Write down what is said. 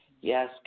Yes